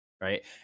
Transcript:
Right